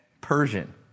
Persian